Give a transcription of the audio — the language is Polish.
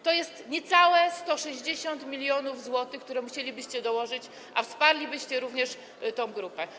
To jest niecałe 160 mln zł, które musielibyście dołożyć, a wsparlibyście również tę grupę.